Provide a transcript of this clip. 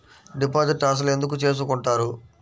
Deposit అసలు ఎందుకు చేసుకుంటారు?